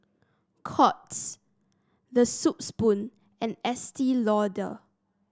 Courts The Soup Spoon and Estee Lauder